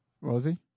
Rosie